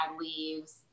leaves